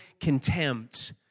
contempt